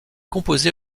composée